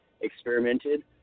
experimented